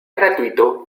gratuito